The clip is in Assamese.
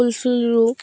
ফুল চুল ৰুও